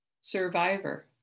survivor